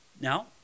Now